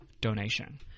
donation